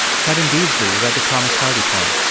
kevin beesley read the thomas hardy poem.